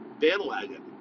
bandwagon